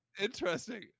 Interesting